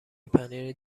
پنیر